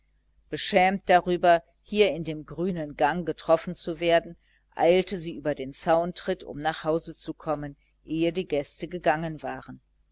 beschämt darüber hier in dem grünen gang betroffen zu werden eilte sie über den zauntritt um nach hause zu kommen ehe die gäste gegangen waren